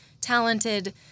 talented